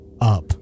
up